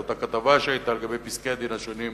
ובאותה כתבה שהיתה לגבי פסקי-הדין השונים.